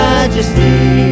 Majesty